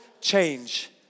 change